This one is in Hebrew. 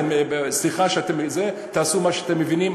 סליחה, תעשו מה שאתם מבינים.